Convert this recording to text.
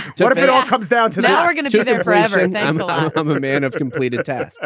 sort of it all comes down to how we're going to do it it forever, and and i'm a man of complete attacks.